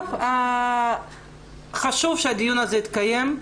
חשוב שהדיון התקיים.